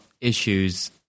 issues